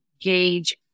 gauge